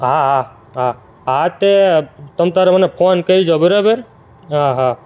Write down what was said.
હા હા હા હા તે તમ તમારે મને ફોન કરજો તે બરાબર હા હા